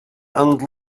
and